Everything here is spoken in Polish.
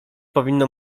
powinno